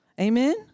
Amen